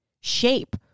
shape